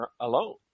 alone